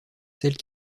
celles